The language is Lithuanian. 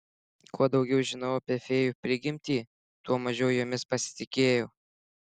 kuo daugiau žinojau apie fėjų prigimtį tuo mažiau jomis pasitikėjau